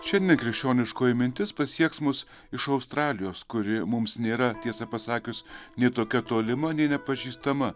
šiandien krikščioniškoji mintis pasieks mus iš australijos kuri mums nėra tiesą pasakius nei tokia tolima nei nepažįstama